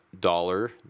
dollar